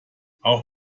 auch